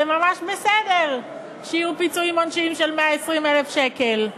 זה ממש בסדר שיהיו פיצויים עונשיים של 120,000 שקל,